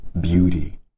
beauty